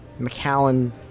McAllen